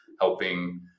helping